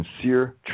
sincere